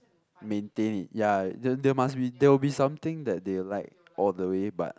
maintain it ya then there must be there will be something they will like all the way but